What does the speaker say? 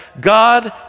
God